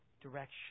direction